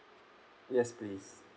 yes please